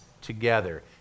together